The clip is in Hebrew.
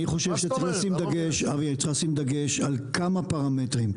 אני חושב שצריך לשים דגש על כמה פרמטרים,